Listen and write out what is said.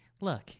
look